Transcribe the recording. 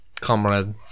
comrade